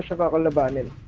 ah but will battle.